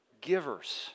givers